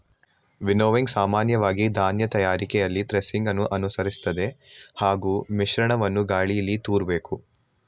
winnowing ಸಾಮಾನ್ಯವಾಗಿ ಧಾನ್ಯ ತಯಾರಿಕೆಯಲ್ಲಿ ಥ್ರೆಸಿಂಗನ್ನು ಅನುಸರಿಸ್ತದೆ ಹಾಗೂ ಮಿಶ್ರಣವನ್ನು ಗಾಳೀಲಿ ತೂರ್ಬೇಕು